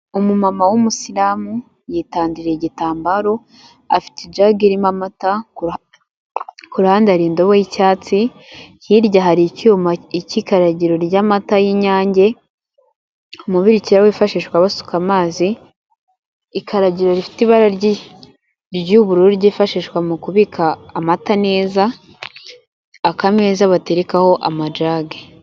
Umumama w'umusiramu yitandiriye igitambaro, afite ijage irimo amata, ku ruhande hari indobo y'icyatsi, hirya hari icyuma cy'ikaragiro ry'amata y'inyange, umubirikira wifashishwa basuka amazi, ikaragiro rifite ibara ry'ubururu ryifashishwa mu kubika amata neza, akameza baterekaho amajage.